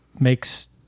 makes